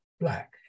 black